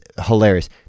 hilarious